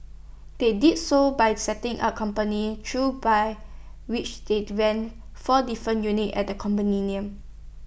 they did so by setting up companies through by which they'd rented four different units at the condominium